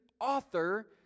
author